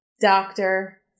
doctor